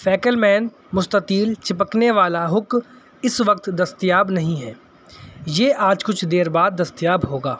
فیکلمین مستطیل چپکنے والا ہک اس وقت دستیاب نہیں ہے یہ آج کچھ دیر بعد دستیاب ہوگا